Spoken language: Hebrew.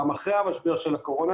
גם אחרי משבר הקורונה,